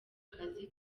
akazi